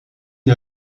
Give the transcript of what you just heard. une